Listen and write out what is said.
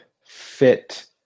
fit